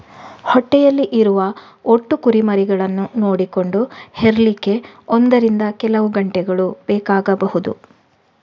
ಹೊಟ್ಟೆಯಲ್ಲಿ ಇರುವ ಒಟ್ಟು ಕುರಿಮರಿಗಳನ್ನ ನೋಡಿಕೊಂಡು ಹೆರ್ಲಿಕ್ಕೆ ಒಂದರಿಂದ ಕೆಲವು ಗಂಟೆಗಳು ಬೇಕಾಗ್ಬಹುದು